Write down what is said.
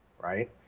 right